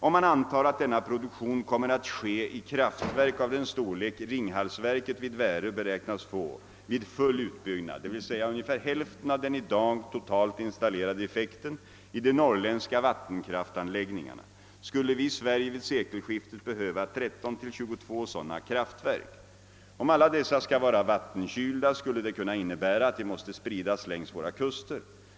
Om man antar att denna produktion kommer att ske i kraftverk av den storlek Ringhalsverket vid Värö beräknas få vid full utbyggnad, d. v. s. ungefär hälften av den i dag totalt installerade effekten i de norrländska vattenkraftanläggningarna, skulle vi i Sverige vid sekelskiftet behöva 13 till 22 sådana kraftverk. Om alla dessa skall vara vattenkylda skulle det kunna innebära att de måste spridas längs våra kuster.